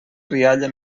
rialla